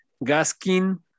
Gaskin